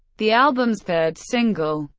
the album's third single,